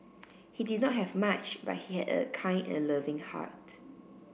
he did not have much but he had a kind and loving heart